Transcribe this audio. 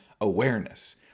awareness